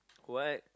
what